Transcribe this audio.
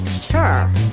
sure